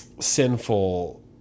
sinful